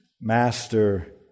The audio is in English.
master